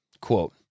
quote